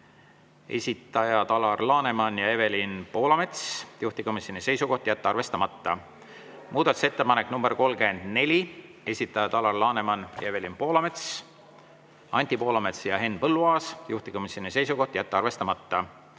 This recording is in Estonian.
esitajad Alar Laneman ja Evelin Poolamets, juhtivkomisjoni seisukoht on jätta arvestamata. Muudatusettepanek nr 34, esitajad Alar Laneman, Evelin Poolamets, Anti Poolamets ja Henn Põlluaas, juhtivkomisjoni seisukoht on jätta arvestamata.